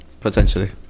Potentially